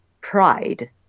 pride